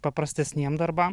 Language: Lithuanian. paprastesniem darbam